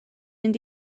mynd